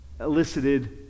elicited